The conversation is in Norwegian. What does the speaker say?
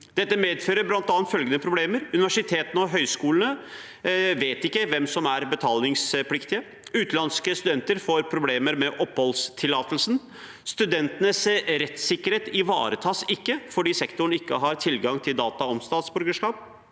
Dette medfører bl.a. følgende problemer: Universitetene og høyskolene vet ikke hvem som er betalingspliktige. Utenlandske studenter får problemer med oppholdstillatelsen. Studentenes rettssikkerhet ivaretas ikke fordi sektoren ikke har tilgang til data om statsborgerskap,